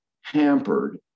hampered